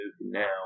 now